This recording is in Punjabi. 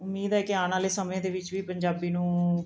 ਉਮੀਦ ਹੈ ਕਿ ਆਉਣ ਵਾਲੇ ਸਮੇਂ ਦੇ ਵਿੱਚ ਵੀ ਪੰਜਾਬੀ ਨੂੰ